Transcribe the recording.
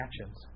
actions